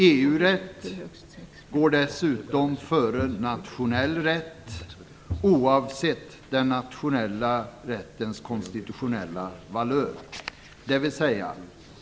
EU-rätt går dessutom före nationell rätt, oavsett den nationella rättens konstitutionella valör.